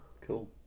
Cool